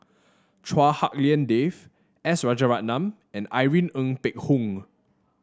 Chua Hak Lien Dave S Rajaratnam and Irene Ng Phek Hoong